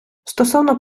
стосовно